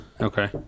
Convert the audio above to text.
Okay